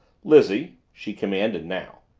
lizzie, she commanded now,